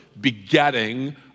begetting